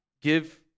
give